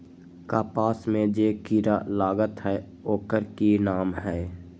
कपास में जे किरा लागत है ओकर कि नाम है?